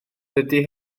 dydy